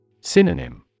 Synonym